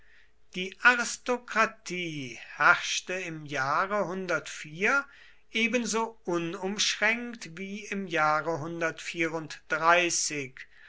die aristokratie herrschte im jahre ebenso unumschränkt wie im jahre